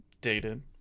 dated